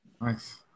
Nice